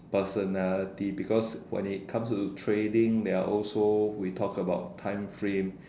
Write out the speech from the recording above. personality because when it comes to trading there are also we talk about time frame